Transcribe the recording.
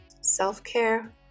Self-care